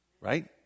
right